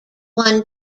won